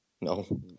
no